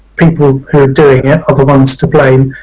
people who are doing it are the ones to blame,